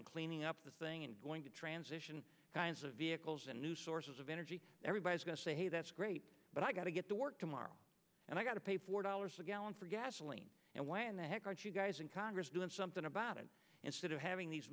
environment cleaning up this thing and going to transition kinds of vehicles and new sources of energy everybody's going to say hey that's great but i've got to get to work tomorrow and i got to pay four dollars a gallon for gasoline and when the heck aren't you guys in congress doing something about it instead of having these